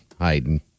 hiding